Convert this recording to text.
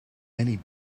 many